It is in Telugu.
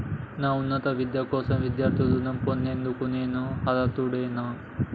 నా ఉన్నత విద్య కోసం విద్యార్థి రుణం పొందేందుకు నేను అర్హుడినేనా?